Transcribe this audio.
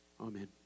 Amen